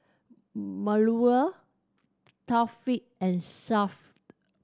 Melur Taufik and Shuib